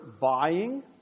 buying